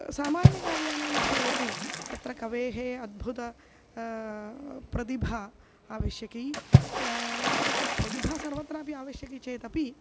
सामान्य काव्यानां विषये तु तत्र कवेः अद्भुत प्रतिभा आवश्यकी प्रतिभा सर्वत्रापि आवश्यकी चेदपि